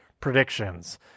predictions